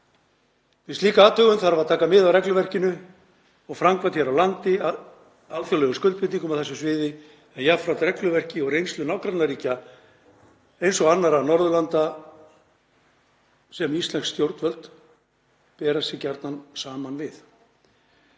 Við slíka athugun þarf að taka mið af regluverkinu og framkvæmd hér á landi, alþjóðlegum skuldbindingum á þessu sviði en jafnframt regluverki og reynslu nágrannaríkja eins og annarra Norðurlanda sem íslensk stjórnvöld bera sig gjarnan saman við.“